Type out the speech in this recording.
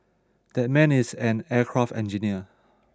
that man is an aircraft engineer